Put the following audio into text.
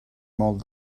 molt